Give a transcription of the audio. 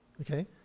Okay